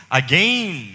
again